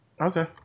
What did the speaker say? Okay